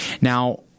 now